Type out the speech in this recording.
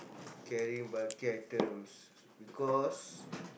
carrying bulky items because